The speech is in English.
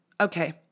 Okay